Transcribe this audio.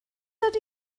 ydy